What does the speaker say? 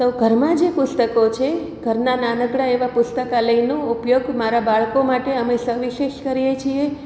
તો ઘરમાં જે પુસ્તકો છે ઘરના નાનકડા એવા પુસ્તકાલયનો ઉપયોગ મારા બાળકો માટે અમે સવિશેષ કરીએ છીએ